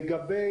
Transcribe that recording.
לגבי